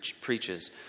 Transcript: preaches